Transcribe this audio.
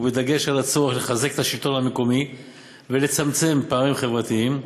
ובדגש על הצורך לחזק את השלטון המקומי ולצמצם פערים חברתיים,